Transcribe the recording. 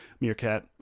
meerkat